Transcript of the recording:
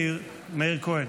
מאיר כהן,